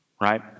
Right